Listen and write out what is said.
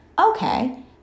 okay